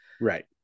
Right